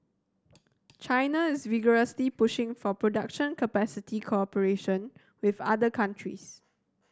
China is vigorously pushing for production capacity cooperation with other countries